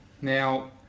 Now